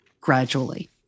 gradually